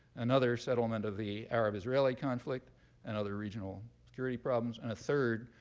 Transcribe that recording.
another, settlement of the arab-israeli conflict and other regional security problems. and a third,